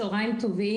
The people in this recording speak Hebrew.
צוהריים טובים,